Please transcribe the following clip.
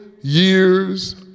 years